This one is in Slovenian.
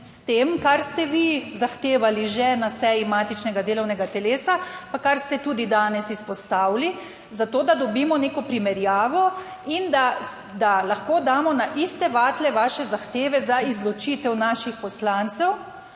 kar ste vi zahtevali že na seji matičnega delovnega telesa, pa kar ste tudi danes izpostavili zato, da dobimo neko primerjavo. In da lahko damo na iste vatle vaše zahteve za izločitev naših poslancev,